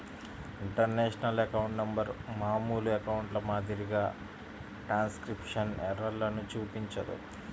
international account number మామూలు అకౌంట్ల మాదిరిగా ట్రాన్స్క్రిప్షన్ ఎర్రర్లను చూపించదు